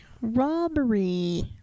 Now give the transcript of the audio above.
Robbery